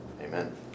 amen